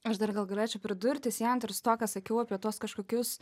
aš dar gal galėčiau pridurti siejant ir su tuo ką sakiau apie tuos kažkokius